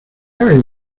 very